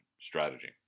strategy